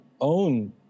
own